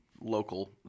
Local